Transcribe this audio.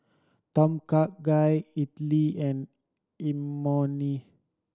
Tom Kha Gai Idili and Imoni